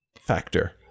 factor